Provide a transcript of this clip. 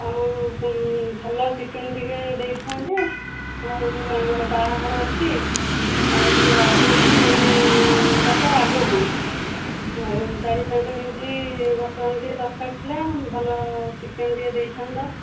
ଆଉ ଭଲ ଚିକେନ୍ ଟିକେ ଦେଇଥାନ୍ତେ ଆଉ ଆମର ବାହାଘର ଅଛି ଆଉ ଟିକେ ଅଧିକ ଚିକେନ୍ ଦବ ଆଗକୁ ଆଉ ଚାରି ପାଞ୍ଚ କେଜି ବର୍ତ୍ତମାନ ଟିକେ ଦରକାର ଥିଲା ଭଲ ଚିକେନ୍ ଟିକେ ଦେଇଥାନ୍ତ